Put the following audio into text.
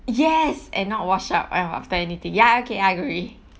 yes and not wash up ah after anything okay I agree